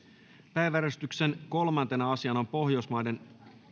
päiväjärjestyksen kolmantena asiana on pohjoismaiden